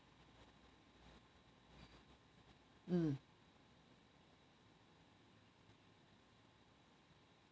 mm